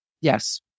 Yes